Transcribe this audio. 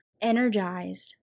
energized